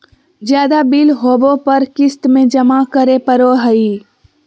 ज्यादा बिल होबो पर क़िस्त में जमा करे पड़ो हइ